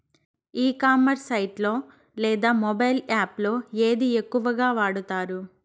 ఈ commerce site లో లేదా మొబైల్ యాప్ లో ఏది ఎక్కువగా వాడుతారు?